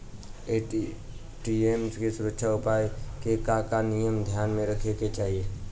ATM के सुरक्षा उपाय के का का नियम ध्यान में रखे के चाहीं?